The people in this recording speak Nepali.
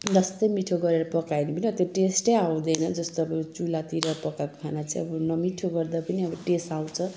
जस्तै मिठो गरेर पकायो भने कहाँ त्यो टेस्ट आउँदैन जस्तो कि चुल्हातिर पकाएको खाना चाहिँ अब नमिठो गरेर पनि अब टेस्ट आउँछ